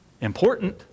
Important